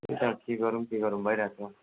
त्यही त के गरौँ के गरौँ भइरहेको छ